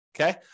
okay